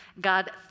God